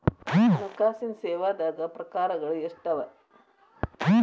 ಹಣ್ಕಾಸಿನ್ ಸೇವಾದಾಗ್ ಪ್ರಕಾರ್ಗಳು ಎಷ್ಟ್ ಅವ?